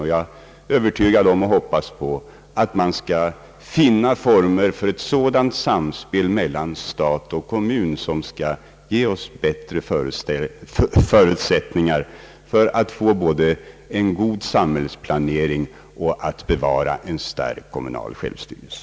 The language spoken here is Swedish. Jag är övertygad om och hoppas på att vi skall finna former för ett sådant samspel mellan stat och kommun som kan ge oss bättre förutsättningar att få både en god samhällsplanering och en stark kommunal självstyrelse.